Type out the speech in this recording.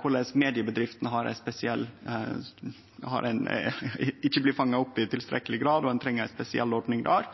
korleis mediebedriftene ikkje blir fanga opp i tilstrekkeleg grad, og at ein treng ei spesiell ordning der.